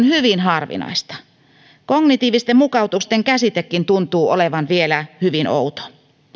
hyvin harvinaista kognitiivisten mukautusten käsitekin tuntuu olevan vielä hyvin outo